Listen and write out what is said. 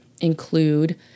include